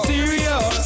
Serious